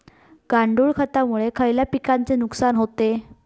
गांडूळ खतामुळे खयल्या पिकांचे नुकसान होते?